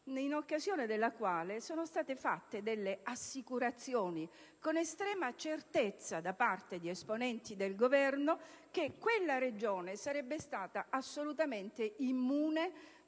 in occasione della quale sono state date assicurazioni, con estrema certezza da parte di esponenti del Governo, secondo cui quella Regione sarebbe stata assolutamente immune